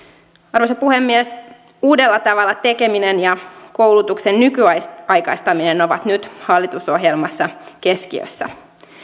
arvoisa puhemies uudella tavalla tekeminen ja koulutuksen nykyaikaistaminen ovat nyt hallitusohjelmassa keskiössä